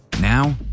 Now